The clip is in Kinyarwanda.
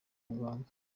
muganga